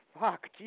Fuck